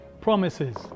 Promises